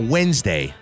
Wednesday